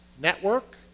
network